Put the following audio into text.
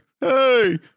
Hey